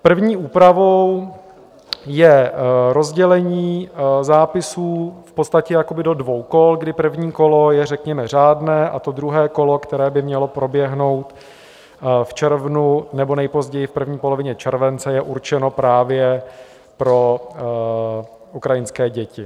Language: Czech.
První úpravou je rozdělení zápisů v podstatě jakoby do dvou kol, kdy první kolo je řekněme řádné, a to druhé kolo, které by mělo proběhnout v červnu nebo nejpozději v první polovině července, je určeno právě pro ukrajinské děti.